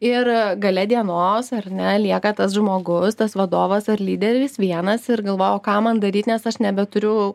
ir gale dienos ar ne lieka tas žmogus tas vadovas ar lyderis vienas ir galvoja o ką man daryt nes aš nebeturiu